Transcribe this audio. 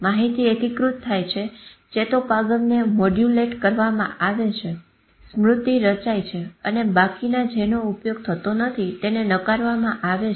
માહિતી એકીકૃત થાય છે ચેતોપાગમને મોડ્યુલેટ કરવામાં આવે છે સ્મૃતિ રચાય છે અને બાકીના જેનો ઉપયોગ થતો નથી તેને નકારવામાં આવે છે